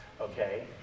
okay